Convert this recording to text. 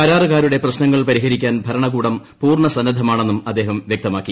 കരാറുകാരുടെ പ്രശ്നങ്ങൾ പരിഹരിക്കാൻ ഭരണകൂടം പൂർണ്ണ സന്നദ്ധമാണെന്നും അദ്ദേഹം വ്യക്തമാക്കി